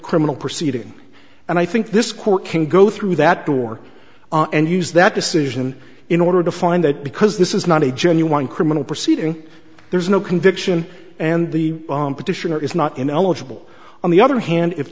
criminal proceeding and i think this court can go through that door and use that decision in order to find that because this is not a genuine criminal proceeding there's no conviction and the petitioner is not ineligible on the other hand if